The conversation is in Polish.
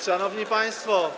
Szanowni Państwo!